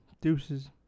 deuces